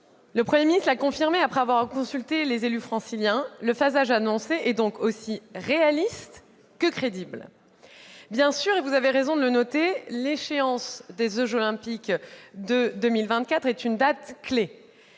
d'ensemble et confirmé, après avoir consulté les élus franciliens, que le phasage annoncé était aussi réaliste que crédible. Bien sûr, et vous avez raison de le noter, l'échéance des jeux Olympiques de 2024 est une date clé.